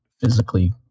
physically